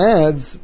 adds